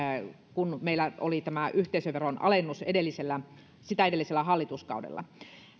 kun meillä oli tämä yhteisöveron alennus sitä edellisellä hallituskaudella